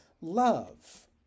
love